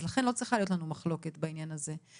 לכן לא צריכה להיות לנו מחלוקת בעניין הזה.